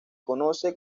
conoce